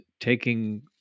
taking